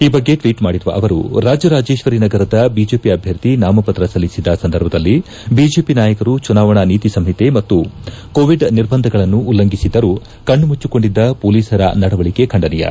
ಈ ಬಗ್ಗೆ ಟ್ವೀಟ್ ಮಾಡಿರುವ ಅವರು ರಾಜರಾಜೇಶ್ವರಿ ನಗರದ ಬಿಜೆಪಿ ಅಭ್ಯರ್ಥಿ ನಾಮಪತ್ರ ಸಲ್ಲಿಸಿದ ಸಂದರ್ಭದಲ್ಲಿ ಬಿಜೆಪಿ ನಾಯಕರು ಚುನಾವಣಾ ನೀತಿಸಂಹಿತೆ ಮತ್ತು ಕೋವಿಡ್ ನಿರ್ಬಂಧಗಳನ್ನು ಉಲ್ಲಂಘಿಸಿದ್ದರೂ ಕಣ್ಣಮುಟ್ಟಕೊಂಡಿದ್ದ ಪೊಲೀಸರ ನಡವಳಿಕೆ ಖಂಡನೀಯ